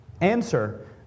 Answer